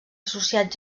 associat